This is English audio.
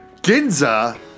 Ginza